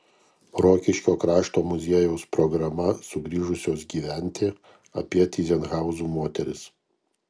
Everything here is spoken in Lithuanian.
rokiškio krašto muziejaus programa sugrįžusios gyventi apie tyzenhauzų moteris